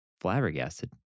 flabbergasted